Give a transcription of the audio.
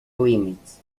limits